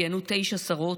כיהנו תשע שרות,